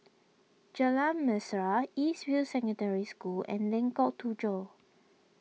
Jalan Mesra East View Secondary School and Lengkok Tujoh